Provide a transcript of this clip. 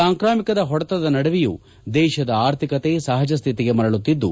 ಸಾಂಕ್ರಾಮಿಕದ ಹೊಡೆತದ ನಡುವೆಯೂ ದೇಶದ ಆರ್ಥಿಕತೆ ಸಹಜ ಸ್ಥಿತಿಗೆ ಮರಳುತ್ತಿದ್ದು